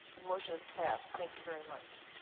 the motion is passed. thank you very much.